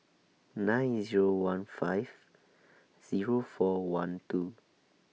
nine Zero one five Zero four one two